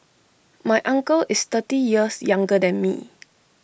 my uncle is thirty years younger than me